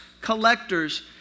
collectors